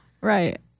right